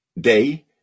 day